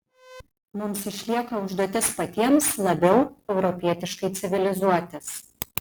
mums išlieka užduotis patiems labiau europietiškai civilizuotis